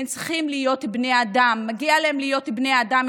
הם צריכים להיות בני אדם, מגיע להם להיות בני אדם.